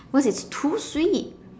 cause it's too sweet